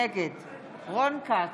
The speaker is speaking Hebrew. נגד רון כץ,